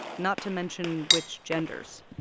not to mention which genders